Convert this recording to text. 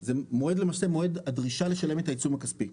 אז מה את מציעה מבחינת נוסח?